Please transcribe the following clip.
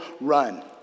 run